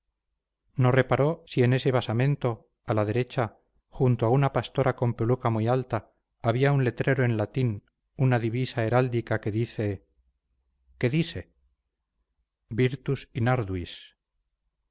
no reparó si en ese basamento a la derecha junto a una pastora con peluca muy alta había un letrero en latín una divisa heráldica que dice qué dise virtus in arduis